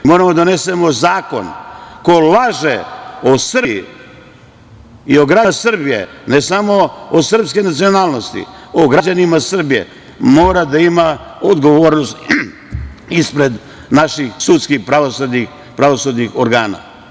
Mi moramo da donesemo zakon da ko laže o Srbiji i o građanima Srbije, ne samo o srpskoj nacionalnosti, o građanima Srbije, mora da ima odgovornost ispred naših sudskih, pravosudnih organa.